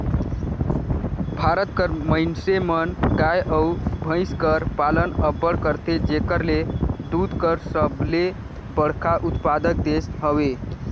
भारत कर मइनसे मन गाय अउ भंइस कर पालन अब्बड़ करथे जेकर ले दूद कर सबले बड़खा उत्पादक देस हवे